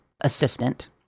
assistant